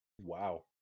Wow